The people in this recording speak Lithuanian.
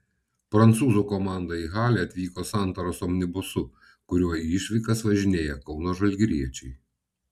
prancūzų komanda į halę atvyko santaros omnibusu kuriuo į išvykas važinėja kauno žalgiriečiai